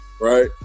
right